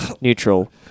neutral